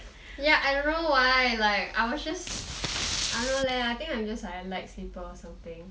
ya I don't know why like I was just I don't know leh I think I am just a light sleeper or something